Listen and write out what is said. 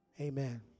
Amen